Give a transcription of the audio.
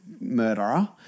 murderer